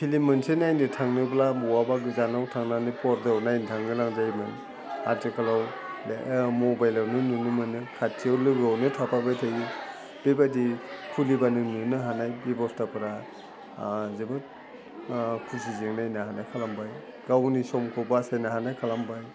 film मोनसे नायनो थांनोब्ला बहाबा गोजानाव थांनानै फरदायाव नायनो थांनो गोनां जायोमोन आथिखालाव दा मबाइलावनो नुनो मोनो खाथियाव लोगोआवनो थाफाबाय थायो बेबायदि खुलिबानो नुनो हानाय बेब'स्थाफ्रा जोबोद खुसिजों नायनो हानाय खालामबाय गाव गावनि समखौ बासायनो हानाय खालामबाय